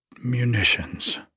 munitions